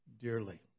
dearly